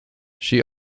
she